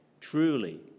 truly